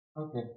Okay